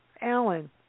Alan